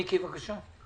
מיקי, בבקשה.